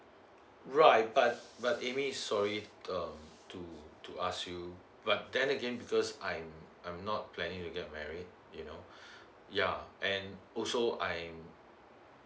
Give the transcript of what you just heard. right but but amy sorry um to to ask you but then again because I'm I'm not planning to get married you know yeah and also I'm